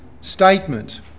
statement